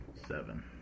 Seven